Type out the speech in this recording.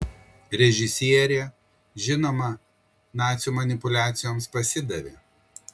režisierė žinoma nacių manipuliacijoms pasidavė